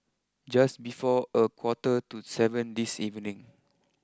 just before a quarter to seven this evening